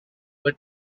but